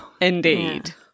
Indeed